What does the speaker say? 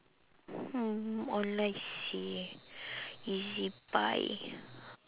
oh online seh ezbuy